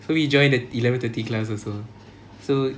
so we joined the eleven thirty class also so